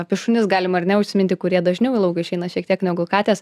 apie šunis galim ar ne užsiminti kurie dažniau į lauką išeina šiek tiek negu katės